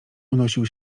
unosił